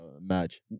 match